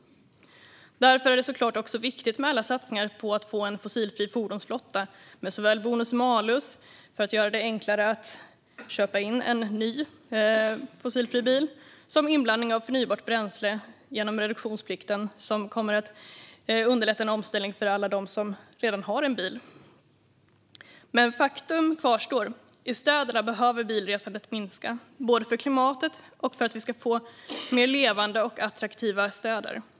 Därför är det såklart också viktigt med alla satsningar på att få en fossilfri fordonsflotta med såväl bonus-malus, för att göra det enklare att köpa in en ny fossilfri bil, som inblandning av förnybart bränsle genom reduktionsplikten som kommer att underlätta en omställning för alla som redan har en bil. Men faktum kvarstår: I städerna behöver bilresandet minska, både för klimatet och för att vi ska få mer levande och attraktiva städer.